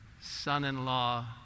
son-in-law